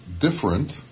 different